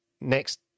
next